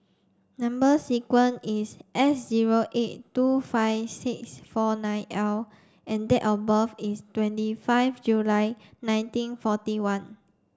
number sequence is S zero eight two five six four nine L and date of birth is twenty five July nineteen forty one